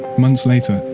months later,